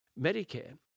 Medicare